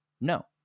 No